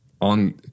on